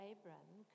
Abraham